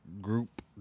group